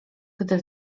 gdy